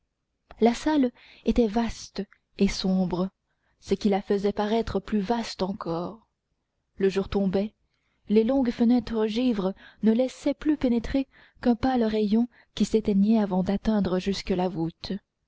la salle était vaste et sombre ce qui la faisait paraître plus vaste encore le jour tombait les longues fenêtres ogives ne laissaient plus pénétrer qu'un pâle rayon qui s'éteignait avant d'atteindre jusqu'à la voûte